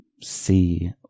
see